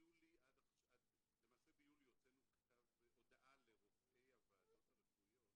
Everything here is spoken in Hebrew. למעשה ביולי הוצאנו הודעה לרופאי הוועדות הרפואיות